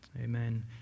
amen